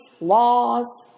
laws